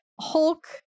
Hulk